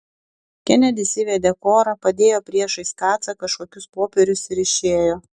kenedis įvedė korą padėjo priešais kacą kažkokius popierius ir išėjo